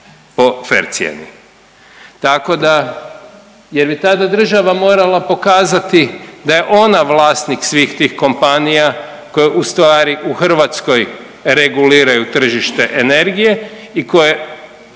Tako da jer bi tada država morala pokazati da je ona vlasnik svih tih kompanija koje ustvari u Hrvatskoj reguliraju tržište energije i koje